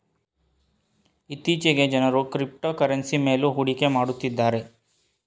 ಇತ್ತೀಚೆಗೆ ಜನರು ಕ್ರಿಪ್ತೋಕರೆನ್ಸಿ ಮೇಲು ಹೂಡಿಕೆ ಮಾಡುತ್ತಿದ್ದಾರೆ